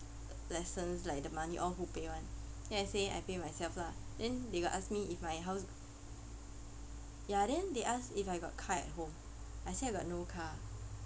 lessons like the money all who pay [one] then I say I pay myself lah then they got ask me if my house ya then they ask if I got car at home I say I got no car